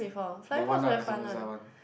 that one ah the Sentosa one